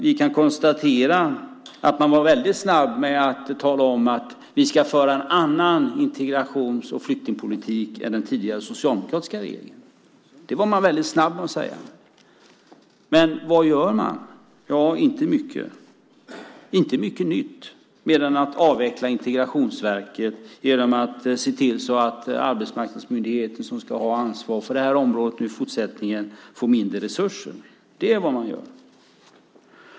Vi kan konstatera att man var väldigt snabb att tala om att man skulle föra en annan integrations och flyktingpolitik än den tidigare socialdemokratiska regeringen. Det var man väldigt snabb att säga. Men vad gör man? Inte mycket nytt, mer än att avveckla Integrationsverket och se till att arbetsmarknadsmyndigheten som ska ha ansvar för det här området i fortsättningen får mindre resurser. Det är vad man gör.